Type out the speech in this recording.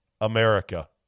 America